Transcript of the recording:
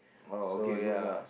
orh okay good lah